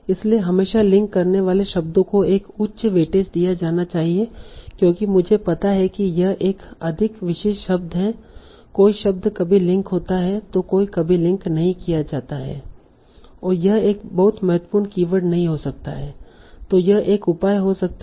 इसलिए हमेशा लिंक करने वाले शब्दों को एक उच्च वेटेज दिया जाना चाहिए क्योंकि मुझे पता है कि यह एक अधिक विशिष्ट शब्द है कोई शब्द कभी लिंक होता है तो कोई कभी लिंक नहीं किया जाता है यह एक बहुत महत्वपूर्ण कीवर्ड नहीं हो सकता है तो यह एक उपाय हो सकता है